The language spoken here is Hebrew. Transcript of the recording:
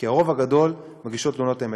כי הרוב הגדול מגישות תלונות אמת.